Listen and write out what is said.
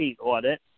audit